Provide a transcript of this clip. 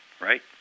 right